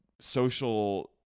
social